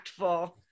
impactful